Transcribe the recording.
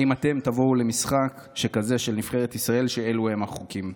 האם אתם תבואו למשחק כזה של נבחרת ישראל כשאלה הם החוקים?